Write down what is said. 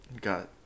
got